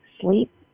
Sleep